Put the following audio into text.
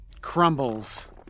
crumbles